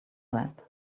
that